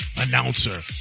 announcer